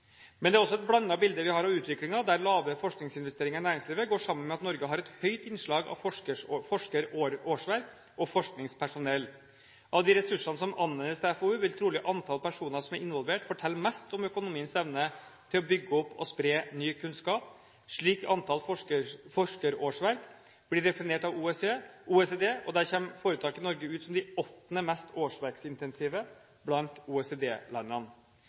Men det er også et blandet bilde vi har av utviklingen, der lave forskningsinvesteringer i næringslivet går sammen med at Norge har et høyt innslag av forskerårsverk og forskningspersonell. Av de ressursene som anvendes til FoU, vil trolig antallet personer som er involvert, fortelle mest om økonomiens evne til å bygge opp og spre ny kunnskap. Slikt antall forskerårsverk blir definert av OECD, og der kommer foretak i Norge ut som de åttende mest årsverksintensive blant